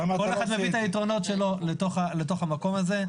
כל אחד מביא את היתרונות שלו למקום הזה.